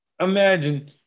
imagine